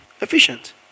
efficient